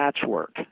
patchwork